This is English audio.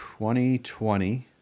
2020